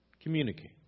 Communicate